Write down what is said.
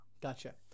gotcha